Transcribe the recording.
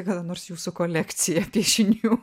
kada nors jūsų kolekcija piešinių